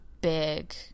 big